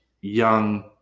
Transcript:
young –